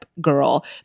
girl